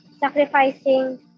sacrificing